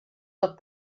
tot